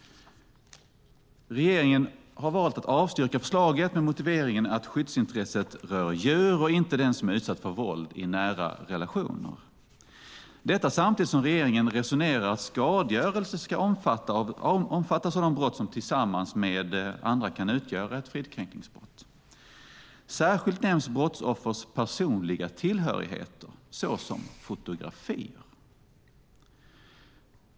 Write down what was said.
Regeringen har valt att avstyrka förslaget med motiveringen att skyddsintresset rör djur och inte den som är utsatt för våld i nära relationer. Detta görs samtidigt som regeringen resonerar att skadegörelse ska omfattas av de brott som tillsammans med andra kan utgöra ett fridskränkningsbrott. Särskilt nämns brottsoffers personliga tillhörigheter såsom fotografier.